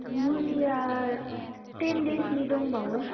मुलिया टेन देसनि दंबावो